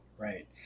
Right